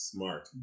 Smart